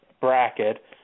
Bracket